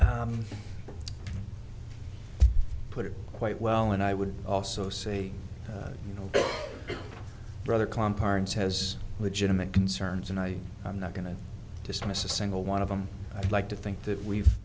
to put it quite well and i would also say you know rather calm parts has legitimate concerns and i am not going to dismiss a single one of them i'd like to think that we've